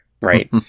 right